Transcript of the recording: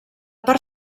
part